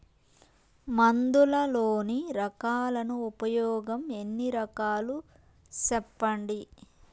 మందులలోని రకాలను ఉపయోగం ఎన్ని రకాలు? సెప్పండి?